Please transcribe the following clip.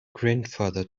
grandfather